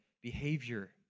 behavior